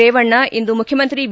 ರೇವಣ್ಣ ಇಂದು ಮುಖ್ಯಮಂತ್ರಿ ಬಿ